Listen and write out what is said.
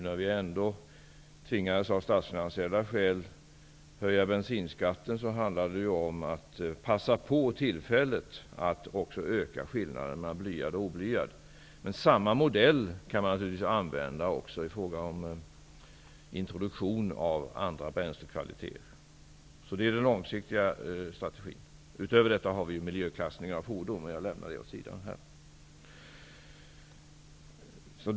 När vi ändå av statsfinansiella skäl tvingades höja bensinskatten handlade det om att ta tillfället i akt och öka skillnaden mellan blyad och oblyad bensin. Samma modell kan naturligtvis användas också i fråga om introduktionen av andra bränslekvaliteter. Det är den långsiktiga strategin. Utöver detta har vi miljöklassningen av fordon, men den saken går jag inte in på här.